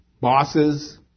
bosses